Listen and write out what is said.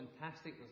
fantastic